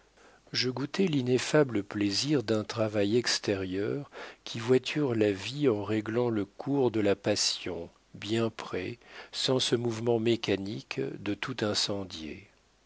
je goûtai l'ineffable plaisir d'un travail extérieur qui voiture la vie en réglant le cours de la passion bien près sans ce mouvement mécanique de tout incendier